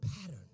pattern